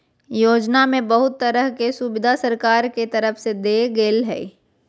योजना में बहुत तरह के सुविधा सरकार के तरफ से देल गेल हइ